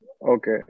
Okay